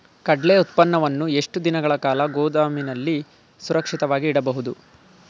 ಕಡ್ಲೆ ಉತ್ಪನ್ನವನ್ನು ಎಷ್ಟು ದಿನಗಳ ಕಾಲ ಗೋದಾಮಿನಲ್ಲಿ ಸುರಕ್ಷಿತವಾಗಿ ಇಡಬಹುದು?